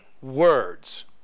words